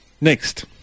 Next